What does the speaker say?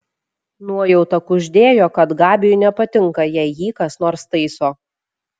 nuojauta kuždėjo kad gabiui nepatinka jei jį kas nors taiso